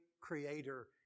creator